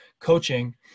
coaching